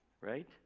right